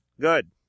Good